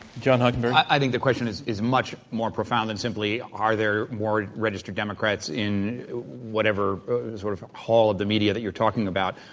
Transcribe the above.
john hockenberry i think the question is is much more profound than simply are there more registered democrats in whatever sort of hall of the media that you're talking about.